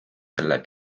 selle